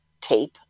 tape